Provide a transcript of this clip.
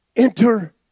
enter